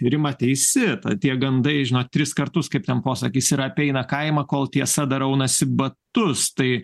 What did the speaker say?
rima teisi ta tie gandai žinot tris kartus kaip ten posakis yra apeina kaimą kol tiesa dar aunasi batus tai